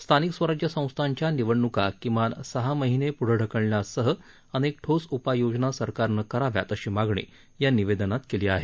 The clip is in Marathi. स्थानिक स्वराज्य संस्थांच्या निवडणुका किमान सहा महिने पुढे ढकलण्यासह अनेक ठोस उपाययोजना सरकारनं कराव्यात अशी मागणी या निवेदनात केली आहे